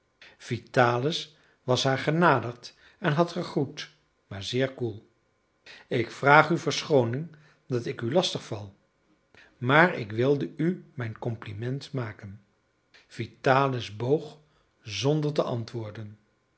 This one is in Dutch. vitalis was haar genaderd en had gegroet maar zeer koel ik vraag u verschooning dat ik u lastig val maar ik wilde u mijn compliment maken vitalis boog zonder te antwoorden